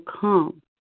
come